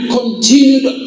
continued